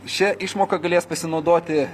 šia išmoka galės pasinaudoti